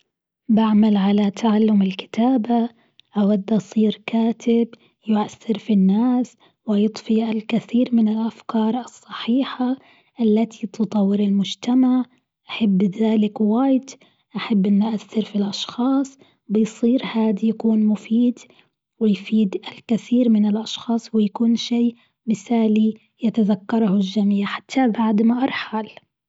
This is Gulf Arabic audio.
بعمل على تعلم الكتابة، أود أصير كاتب يؤثر في الناس ويضفي الكثير من الأفكار الصحيحة التي تطور المجتمع، أحب ذلك واجد، أحب إني أوثر في الأشخاص بيصير هاد يكون مفيد ويفيد الكثير من الاشخاص ويكون شيء مثالي يتذكره الجميع حتى بعد ما أرحل.